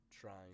trying